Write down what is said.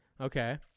Okay